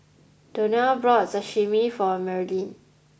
Donnell bought Sashimi for Marilynn